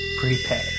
prepare